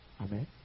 Amen